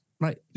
Right